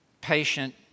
patient